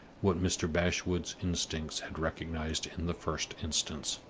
what mr. bashwood's instincts had recognized in the first instance